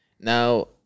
Now